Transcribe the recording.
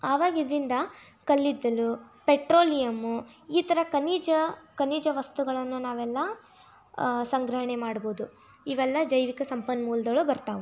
ಆವಾಗ ಇದರಿಂದ ಕಲ್ಲಿದ್ದಲು ಪೆಟ್ರೋಲಿಯಮ್ಮು ಈ ಥರ ಖನಿಜ ಖನಿಜ ವಸ್ತುಗಳನ್ನು ನಾವೆಲ್ಲ ಸಂಗ್ರಹಣೆ ಮಾಡ್ಬೋದು ಇವೆಲ್ಲ ಜೈವಿಕ ಸಂಪನ್ಮೂಲ್ದ ಒಳಗೆ ಬರ್ತವೆ